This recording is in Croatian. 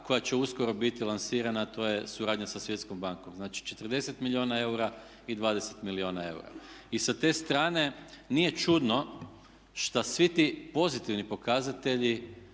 koja će uskoro biti lansirana a to je suradnja sa svjetskom bankom. Znači 40 milijuna eura i 20 milijuna eura. I sa te strane nije čudno šta svi ti pozitivni pokazatelji